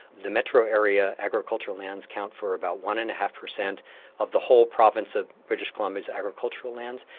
the metro area agricultural lands count for about one and a half per cent of the whole province of british columbia's agricultural lands,